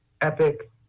EPIC